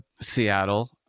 Seattle